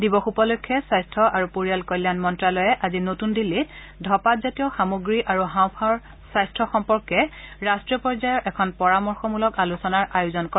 দিৱস উপলক্ষে স্বাস্থ্য আৰু পৰিয়াল কল্যাণ মন্ত্যালয়ে আজি নতুন দিল্লীত ধপাঁত জাতীয় সামগ্ৰী আৰু হাওঁফাওৰ স্বাস্থ্য সম্পৰ্কে ৰাষ্ট্ৰীয় পৰ্যায়ৰ এখন পৰামৰ্শমূলক আলোচনাৰ আয়োজন কৰে